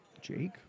Jake